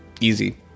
easy